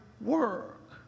work